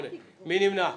7 נמנעים,